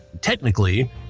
Technically